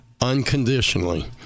unconditionally